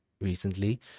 recently